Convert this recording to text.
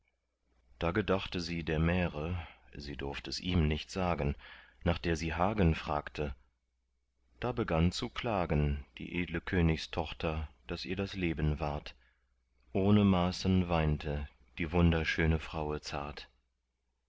da gedachte sie der märe sie durft es ihm nicht sagen nach der sie hagen fragte da begann zu klagen die edle königstochter daß ihr das leben ward ohne maßen weinte die wunderschöne fraue